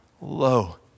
low